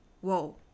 whoa